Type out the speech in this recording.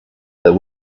that